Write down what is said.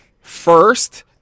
first